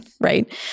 right